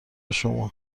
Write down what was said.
شما